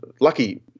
lucky